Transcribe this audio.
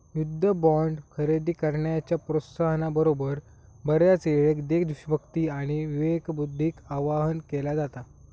युद्ध बॉण्ड खरेदी करण्याच्या प्रोत्साहना बरोबर, बऱ्याचयेळेक देशभक्ती आणि विवेकबुद्धीक आवाहन केला जाता